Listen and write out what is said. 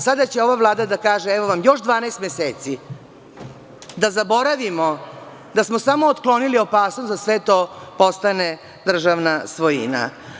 Sada će ova Vlada da kaže – evo vam još 12 meseci, da zaboravimo da smo samo otklonili opasnost da sve to postane državna svojina.